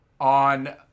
on